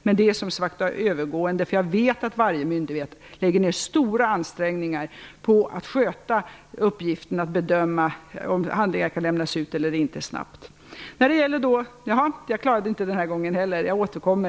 Men det är som sagt var övergående, för jag vet att varje myndighet gör stora ansträngningar för att snabbt sköta uppgiften att bedöma om handlingar kan lämnas ut eller inte. Jag hann inte ta upp frågan om märkningen den här gången heller. Jag återkommer.